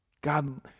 God